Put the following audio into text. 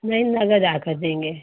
नहीं नकद आकर देंगे